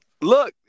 Look